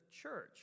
church